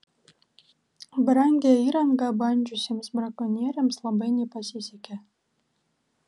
brangią įrangą bandžiusiems brakonieriams labai nepasisekė